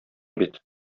бит